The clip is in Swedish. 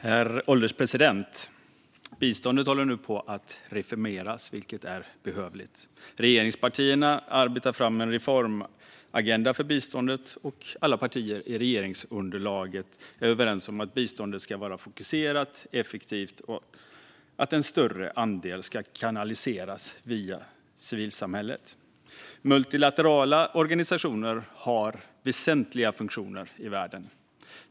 Herr ålderspresident! Biståndet håller nu på att reformeras, vilket är behövligt. Regeringspartierna arbetar fram en reformagenda för biståndet, och alla partier i regeringsunderlaget är överens om att biståndet ska vara fokuserat och effektivt och att en större andel ska kanaliseras via civilsamhället. Multilaterala organisationer har väsentliga funktioner i världen.